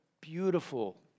beautiful